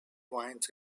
vines